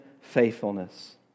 faithfulness